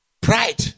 pride